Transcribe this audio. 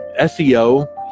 SEO